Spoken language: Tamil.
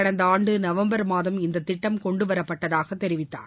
கடந்த ஆண்டு நவம்பர் மாதம் இந்த திட்டம் கொண்டுவரப்பட்டதாக தெரிவித்தார்